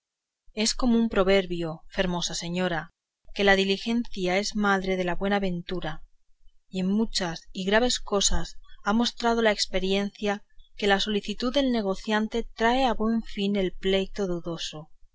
dijo es común proverbio fermosa señora que la diligencia es madre de la buena ventura y en muchas y graves cosas ha mostrado la experiencia que la solicitud del negociante trae a buen fin el pleito dudoso